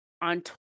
on